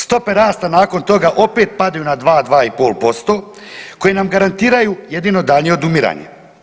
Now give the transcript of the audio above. Stope rasta nakon toga opet padaju na 2, 2,5% koje nam garantiraju jedino daljnje odumiranje.